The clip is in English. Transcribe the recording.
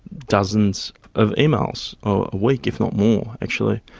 dozens of emails a week, if not more actually,